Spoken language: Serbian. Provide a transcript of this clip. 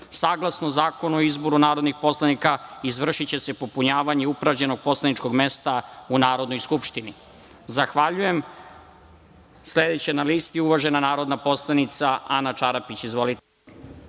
smrti. Saglasno Zakonu o izboru narodnih poslanika, izvršiće se popunjavanje upražnjenog poslaničkog mesta u Narodnoj skupštini. Zahvaljujem. Sledeća na listi je uvažena narodna poslanica Ana Čarapić. Izvolite.